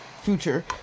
future